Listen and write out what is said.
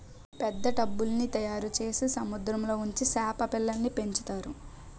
పెద్ద టబ్బుల్ల్ని తయారుచేసి సముద్రంలో ఉంచి సేప పిల్లల్ని పెంచుతారు